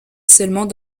seulement